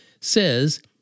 says